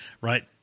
right